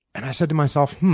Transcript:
and i said to myself,